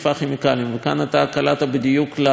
כאן אתה קלעת בדיוק למטרה שלי,